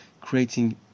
creating